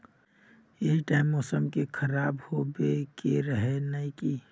यही टाइम मौसम के खराब होबे के रहे नय की?